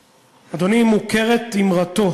אדוני, מוכרת אמרתו